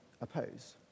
oppose